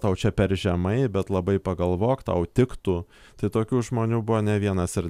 tau čia per žemai bet labai pagalvok tau tiktų tai tokių žmonių buvo ne vienas ir